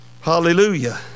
Hallelujah